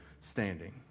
standing